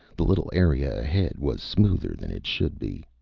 the little area ahead was smoother than it should be.